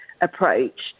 approach